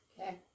Okay